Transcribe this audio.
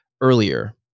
earlier